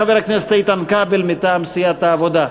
חבר הכנסת איתן כבל מטעם סיעת העבודה,